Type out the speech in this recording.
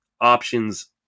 options